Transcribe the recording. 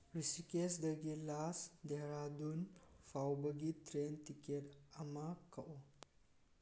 ꯔꯤꯁꯤꯀꯦꯁꯗꯒꯤ ꯂꯥꯁ ꯗꯦꯔꯥꯗꯨꯟ ꯐꯥꯎꯕꯒꯤ train ticket ꯑꯃ ꯀꯛꯎ